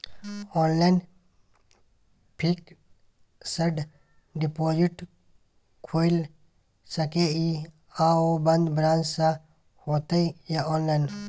Online fixed deposit खुईल सके इ आ ओ बन्द ब्रांच स होतै या ऑनलाइन?